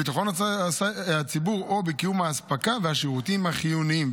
בביטחון הציבור או בקיום האספקה והשירותים החיוניים,